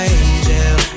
angel